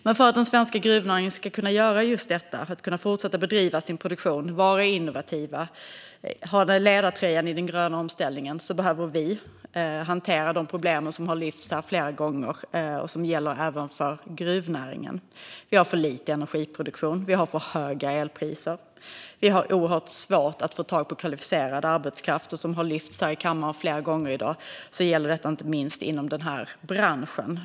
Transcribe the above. Men för att den svenska gruvnäringen ska kunna göra just detta, fortsätta bedriva sin produktion, vara innovativ och ha ledartröjan i den gröna omställningen behöver vi hantera de problem som har lyfts här flera gånger och som gäller även för gruvnäringen. Vi har för lite energiproduktion. Vi har för höga elpriser. Vi har oerhört svårt att få tag på kvalificerad arbetskraft. Detta gäller, vilket har lyfts här i kammaren flera gånger i dag, inte minst inom den här branschen.